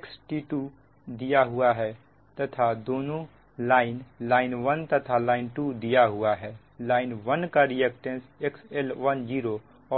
XT2 दिया हुआ है तथा दोनों लाइन लाइन 1 तथा लाइन 2 दिया हुआ है लाइन 1 का रिएक्टेंस XL10